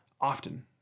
often